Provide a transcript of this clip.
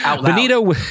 Benito